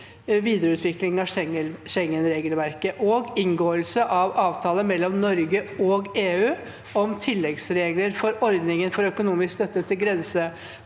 (videreutvikling av Schengen-regelverket) og inngåelse av avtale mellom Norge og EU om tilleggsregler for ordningen for økonomisk støtte til